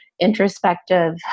introspective